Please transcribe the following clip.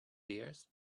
dears